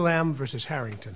lamb versus harrington